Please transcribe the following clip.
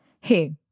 Hey